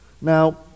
Now